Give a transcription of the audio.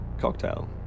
cocktail